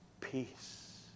peace